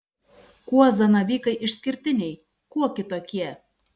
kuo zanavykai išskirtiniai kuo kitokie